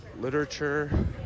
literature